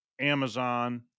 Amazon